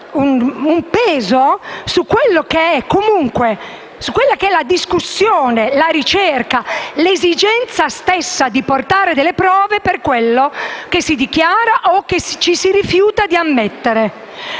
un peso su quella che è comunque la discussione, la ricerca, l'esigenza stessa di portare delle prove per quello che si dichiara o che ci si rifiuta di ammettere.